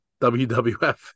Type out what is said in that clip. WWF